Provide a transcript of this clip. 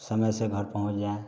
समय से घर पहुँच जाएँ